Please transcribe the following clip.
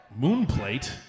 Moonplate